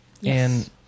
Yes